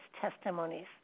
testimonies